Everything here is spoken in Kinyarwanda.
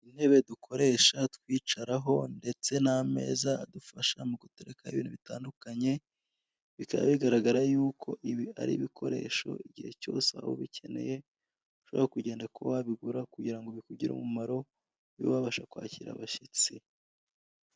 Intebe dukoresha twicaraho ndetse n'ameza adufasha mu guterekeho ibintu bitandukanye. Bikaba bigaragara yuko ibi ari ibikoresho igihe cyose waba ubikeneye ushobora kugenda kuba wabigura kugira ngo bikugirire umumaro ube wabasha kwakira abashyitsi.